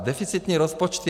Deficitní rozpočty.